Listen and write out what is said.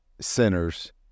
sinners